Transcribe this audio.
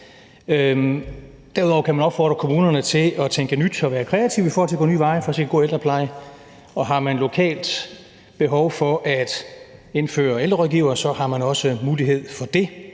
Derudover kan man opfordre kommunerne til at tænke nyt og være kreative i forhold til at gå nye veje for at sikre god ældrepleje, og har man lokalt behov for at indføre ældrerådgivere, har man også mulighed for det,